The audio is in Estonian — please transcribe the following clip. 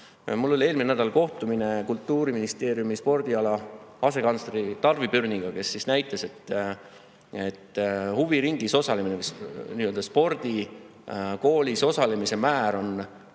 Mul oli eelmisel nädalal kohtumine Kultuuriministeeriumi spordiala asekantsleri Tarvi Pürniga, kes näitas, et huviringis osalemise, spordikoolis osalemise määr oli